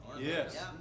Yes